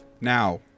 Now